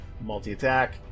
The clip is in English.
Multi-attack